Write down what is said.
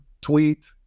tweet